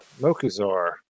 Mokuzar